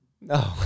No